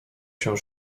się